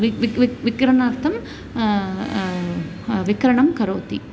विग् विग् विग् विक्रणार्थं विक्रणं करोति